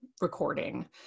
recording